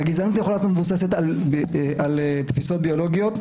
הגזענות יכולה להיות מבוססת על תפיסות ביולוגיות,